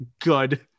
good